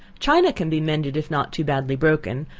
china can be mended if not too badly broken,